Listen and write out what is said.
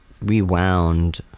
rewound